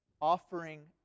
Offering